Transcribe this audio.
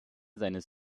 seines